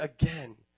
again